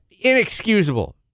inexcusable